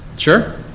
Sure